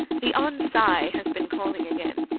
the hon. cy has been calling again.